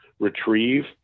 Retrieve